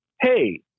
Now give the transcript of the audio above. hey